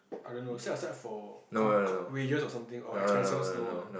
I don't know set aside for com~ com~ wages or something or expenses no one